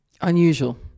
unusual